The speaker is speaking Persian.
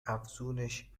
افزونش